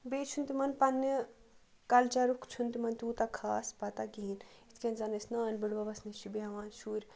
بیٚیہِ چھُنہٕ تِمَن پَنٛنہِ کَلچَرُک چھُنہٕ تِمَن تیوٗتاہ خاص پَتہ کِہیٖنۍ یِتھ کٔنۍ زَن أسۍ نانۍ بٔڈبَبَس نِش چھِ بیٚہوان شُرۍ